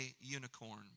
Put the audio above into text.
unicorn